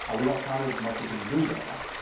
and we don't count it as much as if you do well.